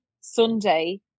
Sunday